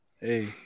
Hey